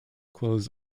clothes